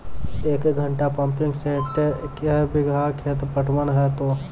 एक घंटा pumping set क्या बीघा खेत पटवन है तो?